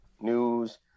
news